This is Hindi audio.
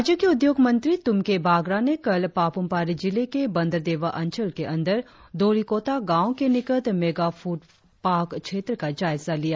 राज्य के उद्योग मंत्री तुमके बागरा ने कल पापुम पारे जिले के बंदरदेवा अंचल के अंदर दोलिकोटा गांव के निकट मेगा फूड पार्क क्षेत्र का जायजा लिया